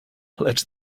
lecz